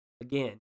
again